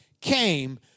came